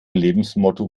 lebensmotto